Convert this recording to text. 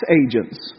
agents